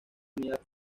unidad